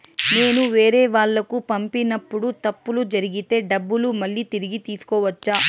నేను వేరేవాళ్లకు పంపినప్పుడు తప్పులు జరిగితే డబ్బులు మళ్ళీ తిరిగి తీసుకోవచ్చా?